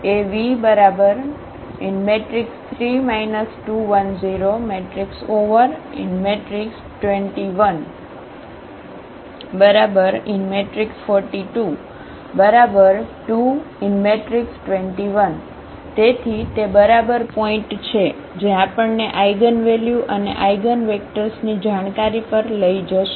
Av3 2 1 0 2 1 4 2 22 1 તેથી તે બરાબર પોઇન્ટ છે જે આપણને આઇગનવેલ્યુ અને આઇગનવેક્ટર્સની ની જાણકારી પર લઈ જશે